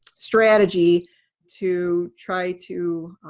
strategy to try to